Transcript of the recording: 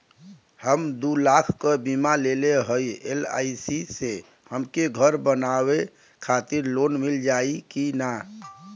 हम दूलाख क बीमा लेले हई एल.आई.सी से हमके घर बनवावे खातिर लोन मिल जाई कि ना?